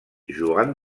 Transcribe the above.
joan